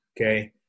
okay